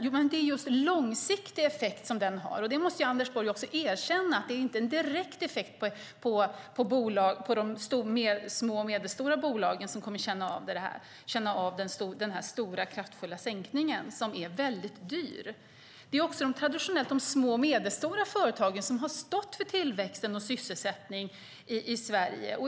Jo, men det är just en långsiktig effekt som den har. Och Anders Borg måste erkänna att de små och medelstora bolagen inte kommer att känna av denna stora, kraftfulla sänkning som är väldigt dyr. Det är också traditionellt de små och medelstora företagen som har stått för tillväxten och sysselsättningen i Sverige.